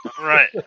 Right